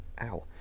ow